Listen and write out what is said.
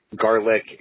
garlic